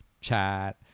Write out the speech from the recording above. chat